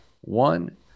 one